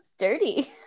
dirty